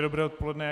Dobré odpoledne.